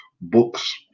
books